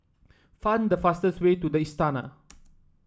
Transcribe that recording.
find the fastest way to the Istana